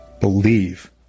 Believe